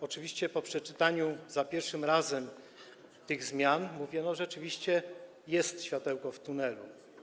Oczywiście po przeczytaniu za pierwszym razem tych zmian, mówiłem: rzeczywiście jest światełko w tunelu.